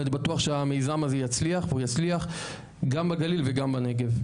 ואני בטוח שהמיזם הזה יצליח והוא יצליח גם בגליל וגם בנגב.